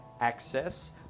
access